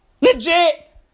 Legit